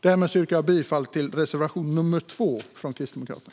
Jag yrkar bifall till reservation nr 2 från Kristdemokraterna.